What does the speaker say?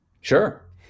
Sure